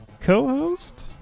co-host